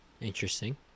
interesting